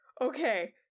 Okay